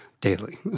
daily